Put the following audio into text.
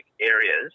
areas